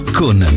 con